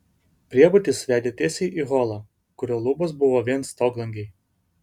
priebutis vedė tiesiai į holą kurio lubos buvo vien stoglangiai